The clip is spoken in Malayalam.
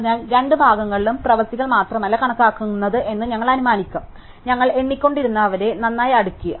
അതിനാൽ രണ്ട് ഭാഗങ്ങളിലും പ്രവൃത്തികൾ മാത്രമല്ല കണക്കാക്കുന്നത് എന്ന് ഞങ്ങൾ അനുമാനിക്കും ഞങ്ങൾ എണ്ണിക്കൊണ്ടിരുന്ന അവരെ നന്നായി അടുക്കി